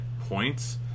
points